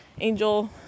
Angel